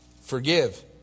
forgive